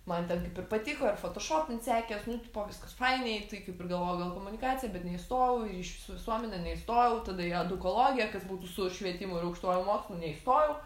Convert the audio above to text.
man ten patiko ir fotošopint sekės nu tipo viskas fainiai tai kaip ir galvojau gal komunikacija bet neįstojau į ryšius su visuomene neįstojau tada į edukologiją kas būtų su švietimu ir aukštuoju mokslu neįstojau